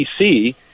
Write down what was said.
PC